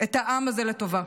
את העם הזה לטובה.